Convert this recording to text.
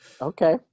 Okay